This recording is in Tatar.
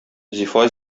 зифа